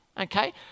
okay